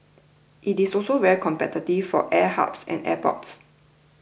it is also very competitive for air hubs and airports